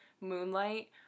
Moonlight